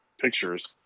pictures